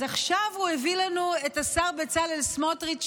אז עכשיו הוא הביא לנו את השר בצלאל סמוטריץ',